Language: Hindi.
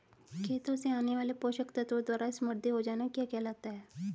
खेतों से आने वाले पोषक तत्वों द्वारा समृद्धि हो जाना क्या कहलाता है?